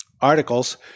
Articles